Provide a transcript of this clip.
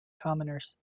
commoners